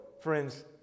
friends